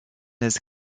his